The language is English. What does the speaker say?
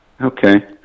Okay